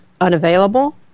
unavailable